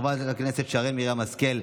חברת הכנסת שרן מרים השכל,